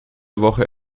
woche